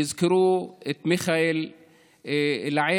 יזכרו את מיכאל לעד.